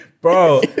Bro